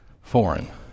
foreign